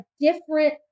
different